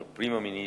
להלן תרגומם לעברית:)